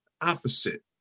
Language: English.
opposite